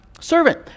servant